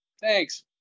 Thanks